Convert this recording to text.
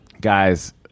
guys